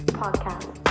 podcast